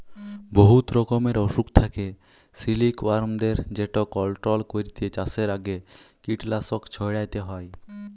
বহুত রকমের অসুখ থ্যাকে সিলিকওয়ার্মদের যেট কলট্রল ক্যইরতে চাষের আগে কীটলাসক ছইড়াতে হ্যয়